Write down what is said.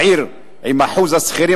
הערים עם השיעור הגבוה ביותר של השכירים